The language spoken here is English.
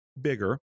bigger